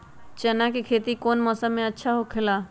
चाना के खेती कौन मौसम में सबसे अच्छा होखेला?